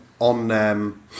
on